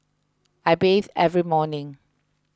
I bathe every morning